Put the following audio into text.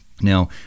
Now